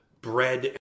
bread